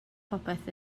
popeth